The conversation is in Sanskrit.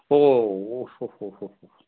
ओ ओ हो हो हो